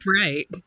right